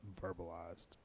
verbalized